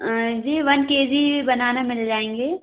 जी one के जी ही बनाना मिल जाएँगे